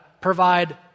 provide